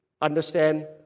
understand